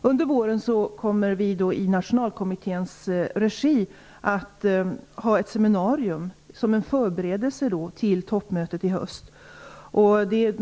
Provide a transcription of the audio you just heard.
Under våren kommer vi i Nationalkommitténs regi att ha ett seminarium som en förberedelse till toppmötet i höst.